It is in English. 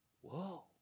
Whoa